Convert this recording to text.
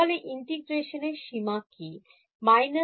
তাহলে ইন্টিগ্রেশনের সীমা কি হবে